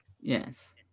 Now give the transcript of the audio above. Yes